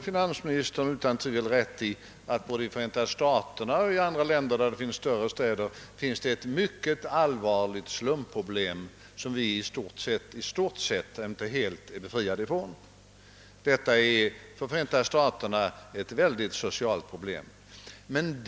Finansministern har utan tvivel rätt i att både Förenta staterna och andra länder, där det finns större städer, har ett mycket allvarligt slumproblem, som vi i stort sett — men inte helt — är befriade från. Detta är ett väldigt socialt problem i Förenta staterna.